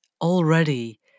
already